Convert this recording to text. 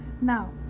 now